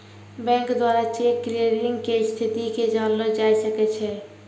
bank द्वारा cheque clearing के स्थिति के जानलो जाय सकै छै